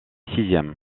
sixième